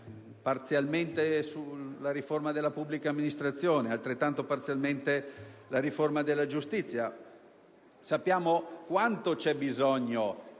parzialmente sulla riforma della pubblica amministrazione ed altrettanto parzialmente sulla riforma della giustizia. Sappiamo quanto ci sia bisogno